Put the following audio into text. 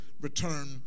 return